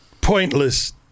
pointless